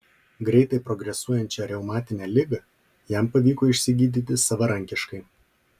greitai progresuojančią reumatinę ligą jam pavyko išsigydyti savarankiškai